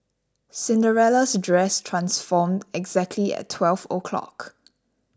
Cinderella's dress transformed exactly at twelve o'clock